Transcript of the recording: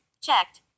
Checked